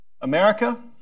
America